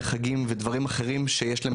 דמי חגים ודברים אחרים שבהם יש להם